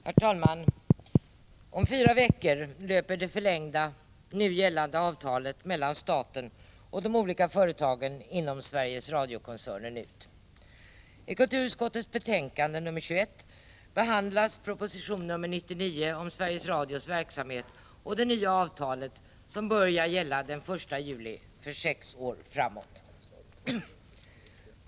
Herr talman! Om fyra veckor löper det förlängda nu gällande avtalet mellan staten och de olika företagen inom Sveriges Radio-koncernen ut. I kulturutskottets betänkande 21 behandlas proposition 99 om Sveriges Radios verksamhet och det nya avtal som börjar gälla den 1 juli för sex år framåt.